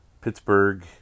Pittsburgh